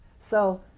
so